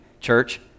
Church